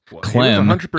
Clem